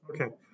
Okay